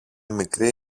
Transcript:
μικρή